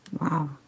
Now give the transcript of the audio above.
Wow